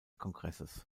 kongresses